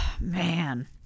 Man